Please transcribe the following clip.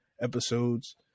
episodes